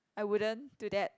I wouldn't do that